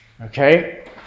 Okay